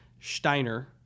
Steiner